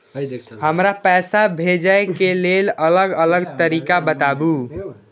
हमरा पैसा भेजै के लेल अलग अलग तरीका बताबु?